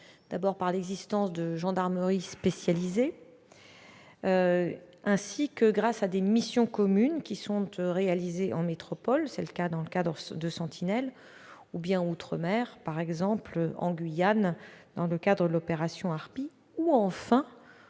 d'abord par l'existence de gendarmeries spécialisées, ensuite grâce à des missions communes réalisées en métropole- c'est le cas dans le cadre de l'opération Sentinelle ou bien outre-mer, par exemple en Guyane, dans le cadre de l'opération Harpie -, enfin